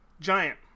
giant